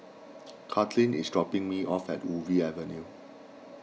Katlin is dropping me off at Ubi Avenue